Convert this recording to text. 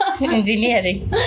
engineering